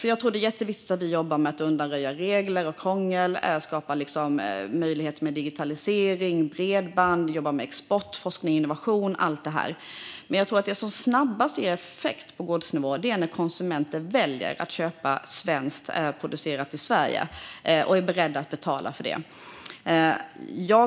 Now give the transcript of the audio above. Jag tror att det är jätteviktigt att vi jobbar med att undanröja regelkrångel, skapa möjligheter till digitalisering och bredband, jobba med export, forskning och innovation och så vidare. Men jag tror att det som snabbast ger effekt på gårdsnivå är när konsumenter väljer att köpa mat producerad i Sverige och är beredda att betala för det.